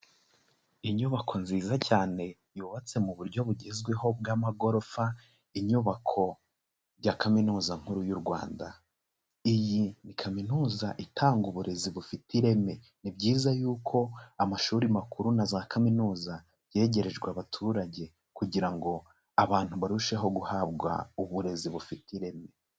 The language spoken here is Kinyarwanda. Inyubako nziza cyane yubatse mu buryo bugezweho bw'amagorofa, inyubako ya Kaminuza nkuru y'u Rwanda, iyi ni kaminuza itanga uburezi bufite ireme, ni byiza y'uko amashuri makuru na za kaminuza byegerejwe abaturage kugira ngo abantu barusheho guhabwa uburezi bufite ireme.